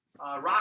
Rock